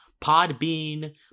Podbean